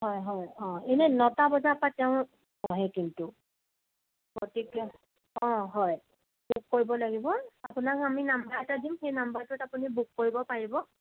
হয় হয় অঁ এনে ন টা বজাৰ পৰা তেওঁ বহে কিন্তু অ'টিত অঁ হয় বুক কৰিব লাগিব আপোনাক আমি নাম্বাৰ এটা দিম সেই নাম্বাৰটোত আপুনি বুক কৰিব পাৰিব